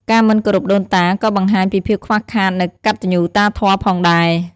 ការមិនគោរពដូនតាក៏បង្ហាញពីភាពខ្វះខាតនូវកតញ្ញូតាធម៌ផងដែរ។